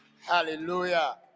Hallelujah